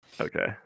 Okay